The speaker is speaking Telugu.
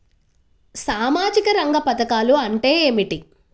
సామాజిక రంగ పధకాలు అంటే ఏమిటీ?